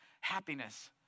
happiness